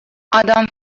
آدام